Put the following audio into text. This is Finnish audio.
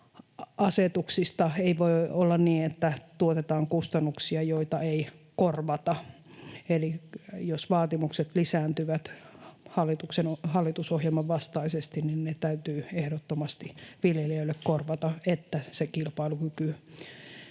asetuksista. Ei voi olla niin, että tuotetaan kustannuksia, joita ei korvata. Eli jos vaatimukset lisääntyvät hallitusohjelman vastaisesti, niin ne täytyy ehdottomasti viljelijöille korvata, että se kilpailukyky